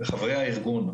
חברי הארגון,